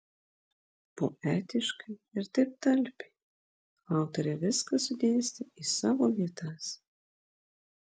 poetiškai ir taip talpiai autorė viską sudėstė į savo vietas